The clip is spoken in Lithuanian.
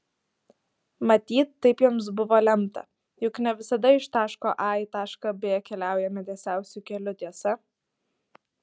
matyt taip jiems buvo lemta juk ne visada iš taško a į tašką b keliaujame tiesiausiu keliu tiesa